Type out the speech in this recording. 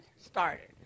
started